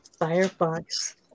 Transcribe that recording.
Firefox